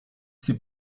s’est